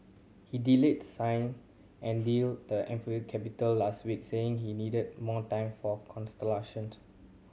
he delayed signing and deal the Ethiopian capital last week saying he needed more time for consultations